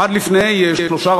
עד לפני שלושה,